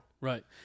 Right